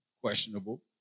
questionable